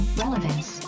relevance